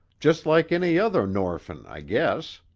just like any other norphin, i guess.